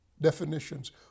definitions